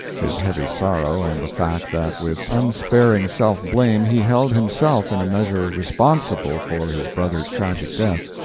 his heavy sorrow, and the fact that with unsparing self-blame he held himself in a measure responsible for his brother's tragic death,